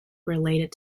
related